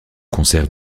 concert